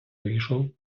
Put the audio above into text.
вийшов